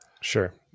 Sure